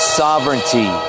sovereignty